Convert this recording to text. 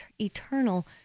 eternal